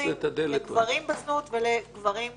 לגברים בזנות ולגברים צרכנים.